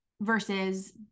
versus